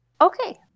Okay